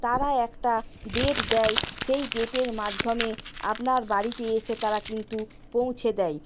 তারা একটা ডেট দেয় সেই ডেটের মাধ্যমে আপনার বাড়িতে এসে তারা কিন্তু পৌঁছে দেয়